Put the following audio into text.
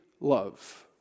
love